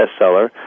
bestseller